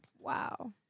Wow